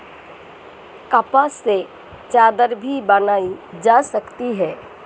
कपास से चादर भी बनाई जा सकती है